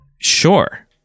Sure